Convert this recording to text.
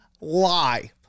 lie